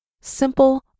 simple